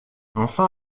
enfin